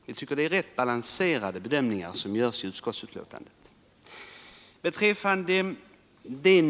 Vi tycker att bedömningarna i utskottsbetänkandet är väl balanserade.